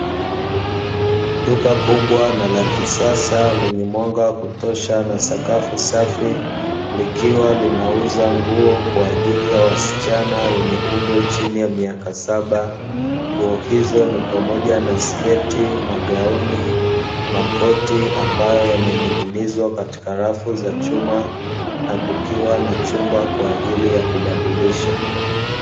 Duka kubwa na la kisasa lenye mwanga wa kutosha na sakafu safi, likiwa linauza nguo kwa ajili ya wasichana wenye umri chini ya miaka saba. Nguo ni pamoja na: sketi, magauni, makoti; ambayo yamening'inizwa katika rafu za chuma na kukiwa na chumba kwa ajili ya kubadilisha.